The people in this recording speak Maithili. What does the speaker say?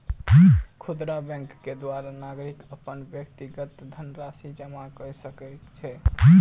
खुदरा बैंक के द्वारा नागरिक अपन व्यक्तिगत धनराशि जमा कय सकै छै